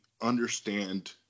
understand